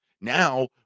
Now